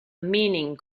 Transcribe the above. meaning